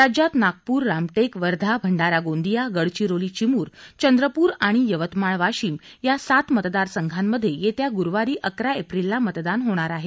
राज्यात नागपूर रामटेक वर्धा भंडारा गोंदिया गडचिरोली चिमूर चंद्रपूर आणि यवतमाळ वाशिम या सात मतदार संघामध्ये येत्या गुरुवारी अकरा एप्रिलला मतदान होणार आहे